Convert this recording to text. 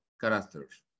characters